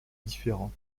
différent